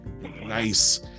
nice